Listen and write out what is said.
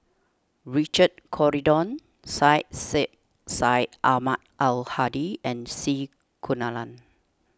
Richard Corridon Syed Sheikh Syed Ahmad Al Hadi and C Kunalan